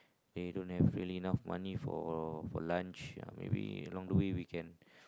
they don't have really enough money for for lunch then maybe along the we can